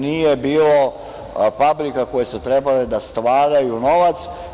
Nije bilo fabrika koje su trebale da stvaraju novac.